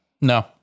No